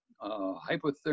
hypothermia